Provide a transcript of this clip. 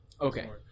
Okay